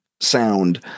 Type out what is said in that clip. sound